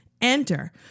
Enter